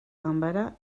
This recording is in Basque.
ganbara